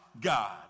God